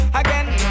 again